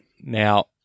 Now